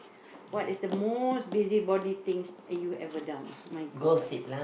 what is the most busybody things that you ever done my-god